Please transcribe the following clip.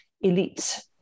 elite